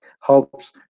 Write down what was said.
helps